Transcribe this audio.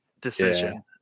decision